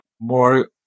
more